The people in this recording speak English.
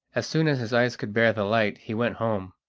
as soon as his eyes could bear the light he went home,